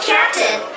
Captain